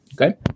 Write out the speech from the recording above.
Okay